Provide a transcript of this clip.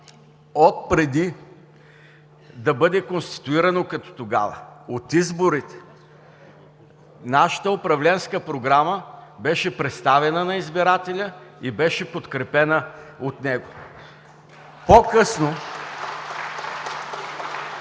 отпреди да бъде конституирано, от изборите. Нашата управленска програма беше представена на избирателя и беше подкрепена от него.